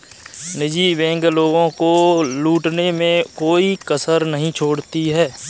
निजी बैंक लोगों को लूटने में कोई कसर नहीं छोड़ती है